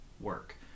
work